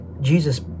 Jesus